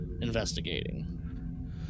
investigating